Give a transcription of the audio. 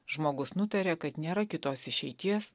žmogus nutaria kad nėra kitos išeities